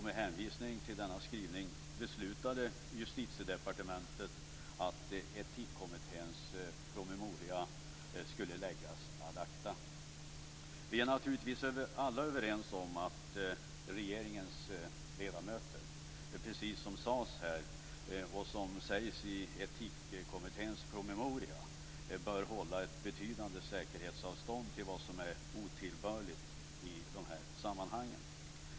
Med hänvisning till denna skrivning beslutade Justitiedepartementet att Vi är naturligtvis alla överens om att regeringens ledamöter, precis som sagts här och som sägs i Etikkommitténs promemoria, bör hålla ett betydande säkerhetsavstånd till vad som är otillbörligt i de här sammanhangen.